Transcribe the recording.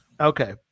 Okay